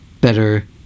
better